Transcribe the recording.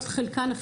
חלקן חיות בקושי,